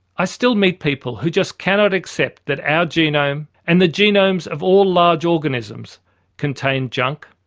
i still meet people who just cannot accept that our genome and the genomes of all large organisms contain junk.